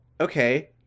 Okay